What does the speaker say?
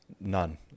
none